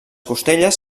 costelles